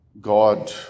God